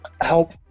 help